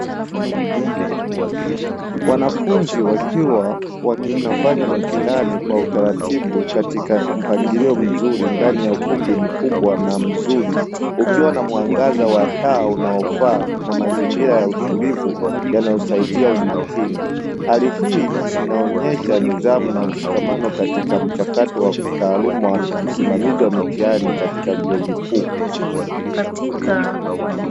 Wanafunzi wakiwa wanafanya mitihani kwa utaratibu katika mpangilio mzuri ndani ya ukumbi mkubwa na mzuri, ukiwa na mwangaza wa taa unaofaa na mazingira ya utulivu yanayosahidia umakini, hali hii inaonesha nidhamu na ushikamano katika mchakato wa kitaaluma usimamizi wa mitihani katika vyuo vikuu.